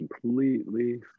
completely